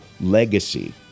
legacy